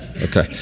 Okay